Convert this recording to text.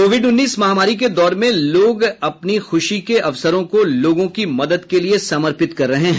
Covid उन्नीस महामारी के दौर में लोग अपने खुशी के अवसरों को लोगों की मदद के लिए समर्पित कर रहे हैं